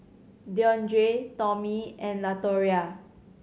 Deondre Tomie and Latoria